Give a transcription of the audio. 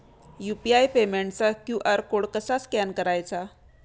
UPI पेमेंटचा QR code कसा scan करायचा?